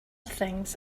things